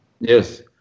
Yes